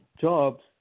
jobs